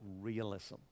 realism